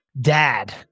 dad